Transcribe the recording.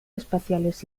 espaciales